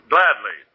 Gladly